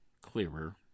clearer